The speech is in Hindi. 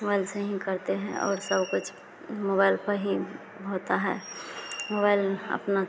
मोबाइल से ही करते हैं और सब कुछ उंह मोबाइल पर ही होता है मोबाइल अपना